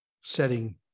setting